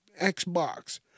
Xbox